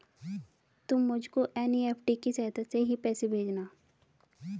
तुम मुझको एन.ई.एफ.टी की सहायता से ही पैसे भेजना